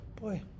boy